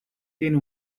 tiene